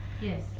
Yes